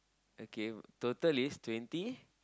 okay total is twenty